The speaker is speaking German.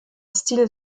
stil